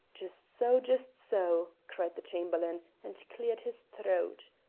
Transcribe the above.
just so, just so! cried the chamberlain, and cleared his throat.